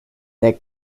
der